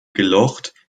gelocht